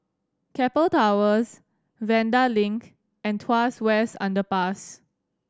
Keppel Towers Vanda Link and Tuas West Underpass